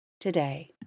today